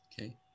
Okay